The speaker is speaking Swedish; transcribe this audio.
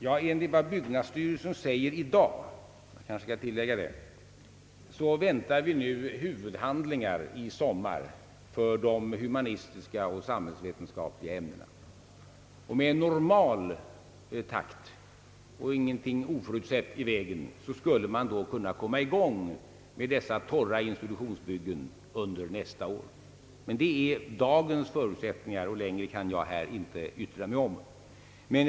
Ja, enligt vad byggnadsstyrelsen säger — i dag; jag kanske skall tillägga de orden — väntar vi i sommar huvudhandlingar för de humanistiska och samhällsvetenskapliga ämnenas byggen. Med en normal takt och om ingenting oförutsett inträffar skulle man då kunna komma i gång med dessa institutionsbyggen för de »torra» ämnena under nästa år. Men detta gäller med dagens förutsättningar, och längre kan jag inte sträcka mitt uttalande.